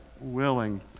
willing